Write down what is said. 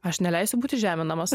aš neleisiu būti žeminamas